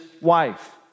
wife